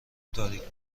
تاریک